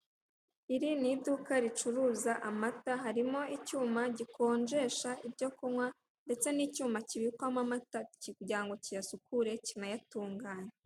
Iri ni iduka ricuruza amata harimo icyuma gikonjesha ibyo kunywa ndetse n'icyuma kibikwamo amata kugira kiyasukure kinayatunganye.